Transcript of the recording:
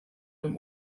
dem